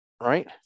Right